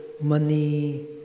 money